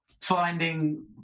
finding